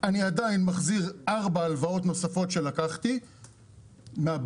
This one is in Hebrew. אני עדין מחזיר ארבע הלוואות נוספות שלקחתי מהבנקים.